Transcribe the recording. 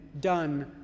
done